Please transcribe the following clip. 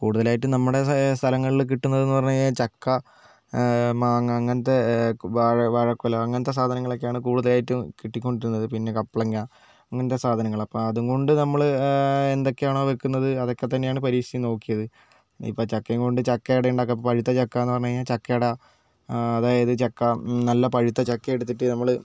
കൂടുതലായിട്ടും നമ്മുടെ സ്ഥലങ്ങളിൽ കിട്ടുന്നത് എന്ന് പറഞ്ഞുകഴിഞ്ഞാൽ ചക്ക മാങ്ങ അങ്ങനത്തെ വാഴ വാഴക്കുല അങ്ങനത്തെ സാധനങ്ങളൊക്കെയാണ് കൂടുതലായിട്ടും കിട്ടിക്കൊണ്ടിരുന്നത് പിന്നെ കപ്ലങ്ങ അങ്ങനത്തെ സാധനങ്ങൾ അപ്പോൾ അതും കൊണ്ട് നമ്മൾ എന്തൊക്കെയാണോ വയ്ക്കുന്നത് അതൊക്കെ തന്നെയാണ് പരീക്ഷിച്ചു നോക്കിയത് ഇപ്പോൾ ചക്കയും കൊണ്ട് ചക്ക അട ഉണ്ടാക്കാം ഇപ്പോൾ പഴുത്ത ചക്ക എന്ന് പറഞ്ഞാൽ ചക്ക അട അതായത് ചക്ക നല്ല പഴുത്ത ചക്കയെടുത്തിട്ട് നമ്മൾ